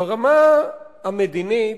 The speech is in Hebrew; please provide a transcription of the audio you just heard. ברמה המדינית,